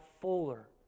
fuller